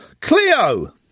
Cleo